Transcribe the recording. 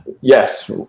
Yes